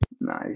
Nice